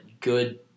good